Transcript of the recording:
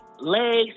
legs